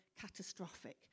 catastrophic